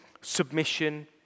submission